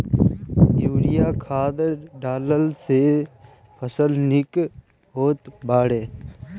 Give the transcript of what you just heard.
urea खाद डालला से फसल निक होत बाटे